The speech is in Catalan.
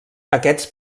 aquests